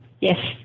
Yes